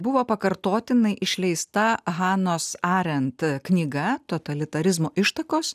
buvo pakartotinai išleista hanos arent knyga totalitarizmo ištakos